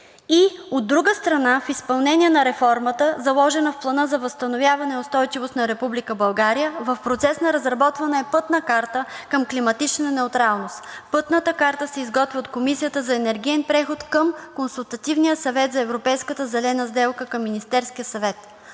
и от друга страна, в изпълнение на реформата, заложена в Плана за възстановяване и устойчивост на Република България, в процес на разработване е пътна карта към климатична неутралност. Пътната карта се изготвя от Комисията за енергиен преход към Консултативния съвет за европейската зелена сделка към Министерския съвет.